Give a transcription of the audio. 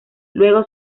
luego